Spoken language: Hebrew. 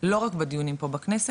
לא רק בדיונים פה בכנסת,